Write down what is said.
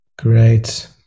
Great